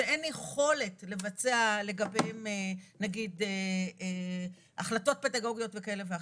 שאין יכולת לבצע לגביהם נגיד החלטות פדגוגיות כאלה ואחרות.